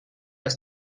ist